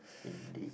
indeed